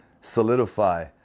solidify